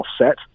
offset